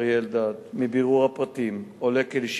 והדבר גורם לאנשים מבוגרים,